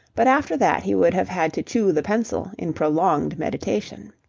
but after that he would have had to chew the pencil in prolonged meditation.